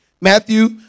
Matthew